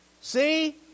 See